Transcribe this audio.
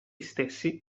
stessi